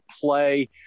play